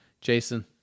Jason